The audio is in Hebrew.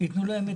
מי